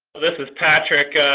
this is patrick.